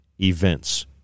events